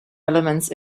elements